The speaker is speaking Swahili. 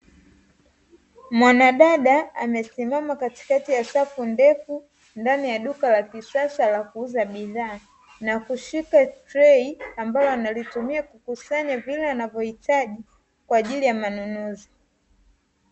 Mwanadada amesimama katikati ya safu ndefu ndani ya duka la kisasa la kuuza bidhaa na kushika trei ambalo analitumia kukusanya vile anavyoitaji kwaajili ya manunuzi.